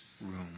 room